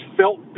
felt